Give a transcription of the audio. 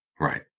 Right